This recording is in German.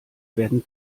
werden